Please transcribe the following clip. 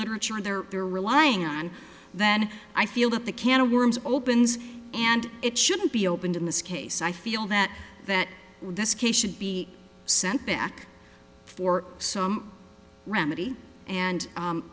literature there are relying on then i feel that the can of worms opens and it shouldn't be opened in this case i feel that that this case should be sent back for some remedy and